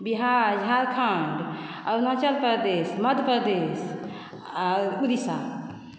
बिहार झारखण्ड अरुणाचल प्रदेश मध्यप्रदेश आओर उड़ीसा